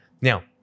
Now